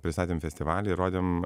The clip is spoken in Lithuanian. pristatėm festivalį rodėm